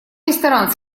ресторан